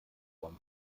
worms